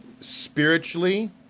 spiritually